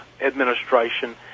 administration